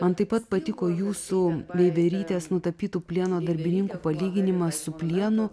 man taip pat patiko jūsų veiverytės nutapytų plieno darbininkų palyginimas su plienu